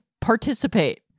participate